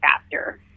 faster